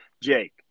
Jake